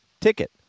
ticket